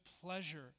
pleasure